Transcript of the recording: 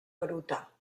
gruta